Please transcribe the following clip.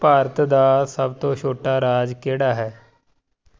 ਭਾਰਤ ਦਾ ਸਭ ਤੋਂ ਛੋਟਾ ਰਾਜ ਕਿਹੜਾ ਹੈ